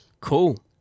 cool